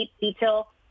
detail